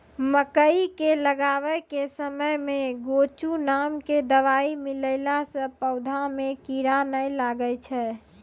मकई के लगाबै के समय मे गोचु नाम के दवाई मिलैला से पौधा मे कीड़ा नैय लागै छै?